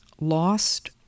lost